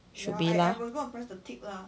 should be lah